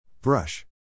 Brush